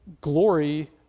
glory